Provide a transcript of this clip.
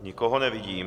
Nikoho nevidím.